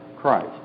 Christ